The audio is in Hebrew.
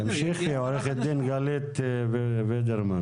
תמשיכי, עורכת דין גלית וידרמן.